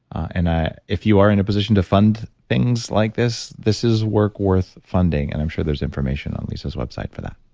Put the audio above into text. and if you are in a position to fund things like this, this is work worth funding. and i'm sure there's information on lisa's website for that.